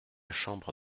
chambre